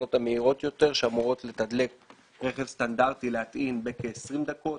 התחנות המהירות יותר שאמורות לתדלק רכב סטנדרטי להטעין בכ-20 דקות,